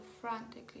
frantically